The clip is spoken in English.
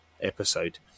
episode